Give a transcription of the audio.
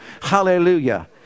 hallelujah